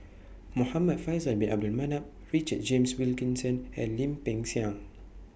Muhamad Faisal Bin Abdul Manap Richard James Wilkinson and Lim Peng Siang